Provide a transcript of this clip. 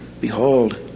Behold